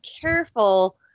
careful